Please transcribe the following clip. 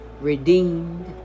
redeemed